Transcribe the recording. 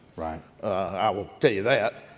i will tell you that.